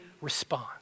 respond